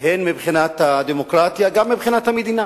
הן מבחינת הדמוקרטיה וגם מבחינת המדינה.